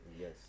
Yes